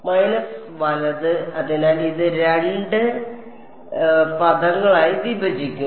minus വലത് അതിനാൽ ഇത് രണ്ട് പദങ്ങളായി വിഭജിക്കും